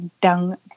dung